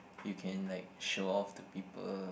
you can like show off to people